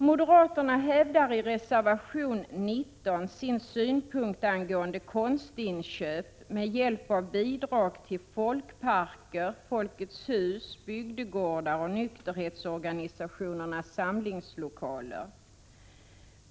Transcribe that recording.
Moderaterna hävdar i reservation 19 sin synpunkt angående konstinköp, med hjälp av bidrag, till folkparker, Folkets hus, bygdegårdar och nykterhetsorganisationernas samlingslokaler.